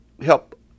help